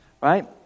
right